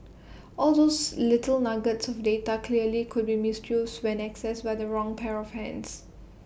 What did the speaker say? all those little nuggets of data clearly could be misused when accessed by the wrong pair of hands